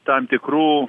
tam tikrų